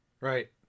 Right